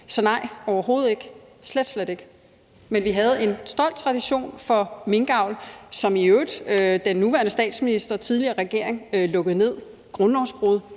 så nej overhovedet ikke – slet, slet ikke. Men vi havde en stolt tradition for minkavl, som i øvrigt den nuværende statsminister og tidligere regering lukkede ned ved grundlovsbrud